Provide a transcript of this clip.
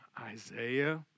Isaiah